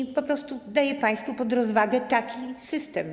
I po prostu daję państwu pod rozwagę taki system.